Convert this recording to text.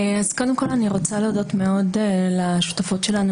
קודם כל אני רוצה להודות מאוד לשותפות שלנו